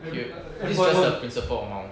uh this as the principle amount